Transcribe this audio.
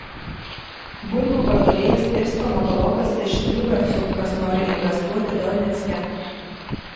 bulvių pardavėjas ir stomatologas iš liubercų kas nori investuoti donecke